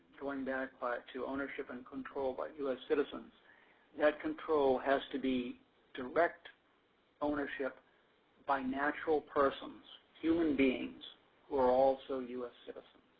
going back ah to ownership and control by us citizens that control has to be direct ownership by natural persons, human beings who are also us citizens.